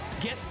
Get